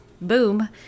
boom